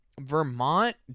Vermont